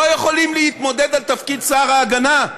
לא יכולים להתמודד על תפקיד שר ההגנה?